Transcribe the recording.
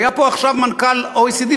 והיה פה עכשיו מנכ"ל ה-OECD,